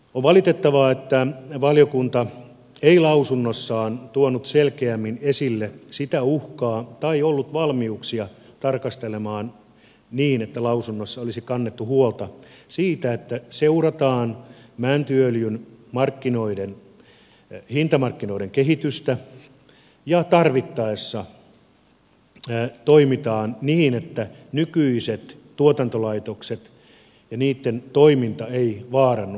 on valitettavaa että valiokunta ei lausunnossaan tuonut selkeämmin esille sitä uhkaa tai ollut valmiuksia tarkastelemaan niin että lausunnossa olisi kannettu huolta siitä että seurataan mäntyöljyn hintamarkkinoiden kehitystä ja tarvittaessa toimitaan niin että nykyiset tuotantolaitokset ja niitten toiminta ei vaarannu sen takia